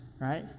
right